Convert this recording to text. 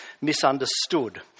misunderstood